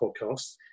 podcast